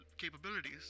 capabilities